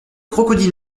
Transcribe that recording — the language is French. crocodile